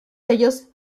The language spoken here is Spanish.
ellos